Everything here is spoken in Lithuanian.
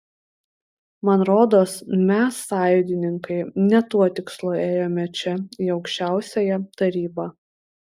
man rodos mes sąjūdininkai ne tuo tikslu ėjome čia į aukščiausiąją tarybą